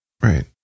Right